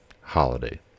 holiday